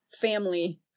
family